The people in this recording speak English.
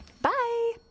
Bye